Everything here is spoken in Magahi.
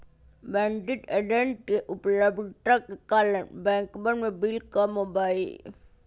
बैंकिंग एजेंट्स के उपलब्धता के कारण बैंकवन में भीड़ कम होबा हई